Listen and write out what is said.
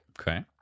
Okay